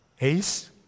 Ace